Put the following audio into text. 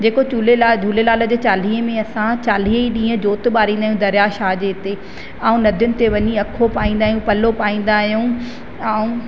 जेको झूलेलाल झूलेलाल जे चालीहें में असां चालीह ई ॾींहं ज्योति ॿारींदा आहियूं दरिया शाह जे इते ऐं नदियुनि ते वञी अखो पाईंदा आहियूं पलव पाईंदा आहियूं ऐं